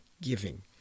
giving